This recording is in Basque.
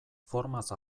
formaz